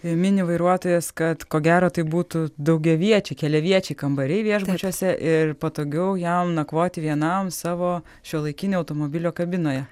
mini vairuotojas kad ko gero tai būtų daugiaviečiai keliaviečiai kambariai viešbučiuose ir patogiau jam nakvoti vienam savo šiuolaikinio automobilio kabinoje